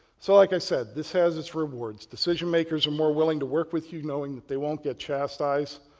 so, like i said, this has its rewards. decision makers are more willing to work with you knowing that they won't get chastised,